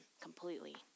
completely